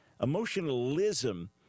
Emotionalism